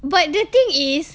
but the thing is